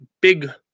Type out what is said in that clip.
big